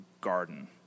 garden